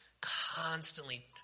constantly